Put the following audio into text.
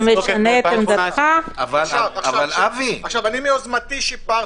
אני מיוזמתי שיפרתי.